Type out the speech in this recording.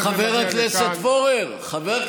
חבר הכנסת פורר,